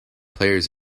players